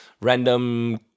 random